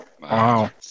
Wow